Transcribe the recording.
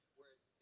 whereas